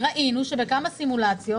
ראינו שבכמה סימולציות